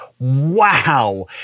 Wow